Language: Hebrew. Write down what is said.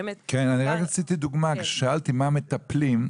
כששאלתי מה מטפלים,